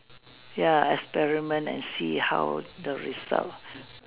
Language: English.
ya experiment and see how the result